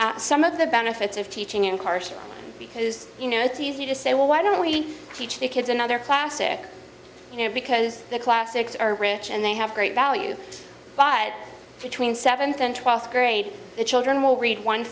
out some of the benefits of teaching and partially because you know it's easy to say well why don't we teach the kids another classic you know because the classics are rich and they have great value by between seventh and twelfth grade the children will read one